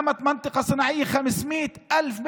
כמובן שסוגיה של העמדה לדין היא בידי